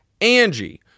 Angie